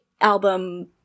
album